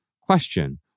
question